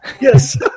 Yes